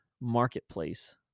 Marketplace